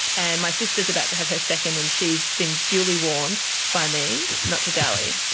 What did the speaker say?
and my sister is about to have her second and she has been duly warned by me not to dally.